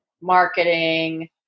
marketing